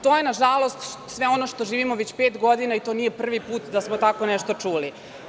To je nažalost sve ono što živimo već pet godina i to nije prvi put da smo tako nešto čuli.